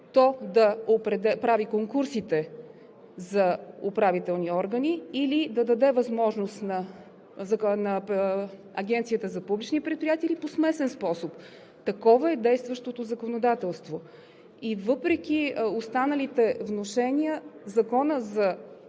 то да прави конкурсите за управителните органи, или да даде възможност на Агенцията за публични предприятия, или по смесен способ. Такова е действащото законодателство. И въпреки останалите внушения Законът за